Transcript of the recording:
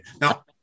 Now